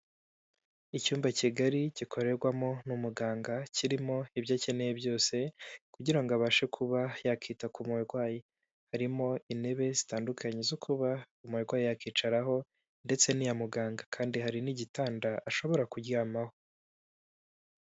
Icyumba kigari gikorerwamo n'umuganga, kirimo ibyo akeneye byose kugira abashe kuba yakwita ku murwayi, harimo intebe zitandukanye zo kuba umurwayi yakwicaraho ndetse n'iya muganga kandi hari n'igitanda ashobora kuryamaho.